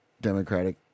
Democratic